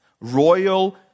royal